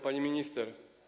Pani Minister!